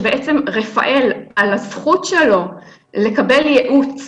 רפאל עמד על הזכות שלו לקבל ייעוץ,